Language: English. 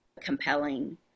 compelling